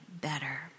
better